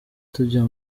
tujya